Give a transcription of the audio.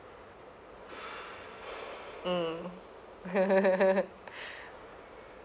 mm